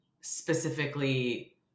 specifically